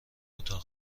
اتاق